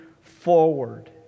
forward